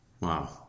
Wow